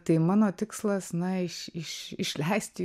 tai mano tikslas na iš iš išleisti